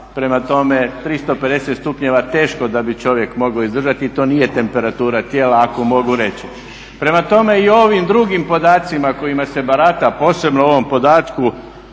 prema tome 350 stupnjeva teško da bi čovjek mogao izdržati i to nije temperatura tijela ako mogu reći. Prema tome i ovim drugim podacima kojima se barata, posebno u ovom podatku